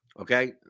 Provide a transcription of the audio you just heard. Okay